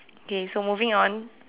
okay so moving on